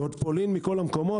ועוד פולין מכל המקומות?